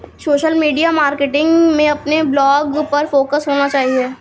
social media marketing में अपने blog पर फोकस होना चाहिए